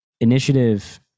initiative